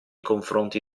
confronti